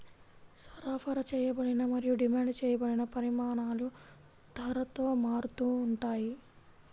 సరఫరా చేయబడిన మరియు డిమాండ్ చేయబడిన పరిమాణాలు ధరతో మారుతూ ఉంటాయి